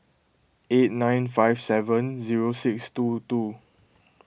eight nine five seven zero six two two